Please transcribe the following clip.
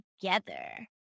together